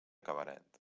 cabaret